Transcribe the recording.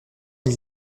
les